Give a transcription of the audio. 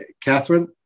Catherine